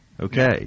Okay